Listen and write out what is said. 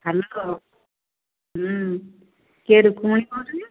hello କିଏ ରୁକ୍ମଣୀ କହୁଛ କି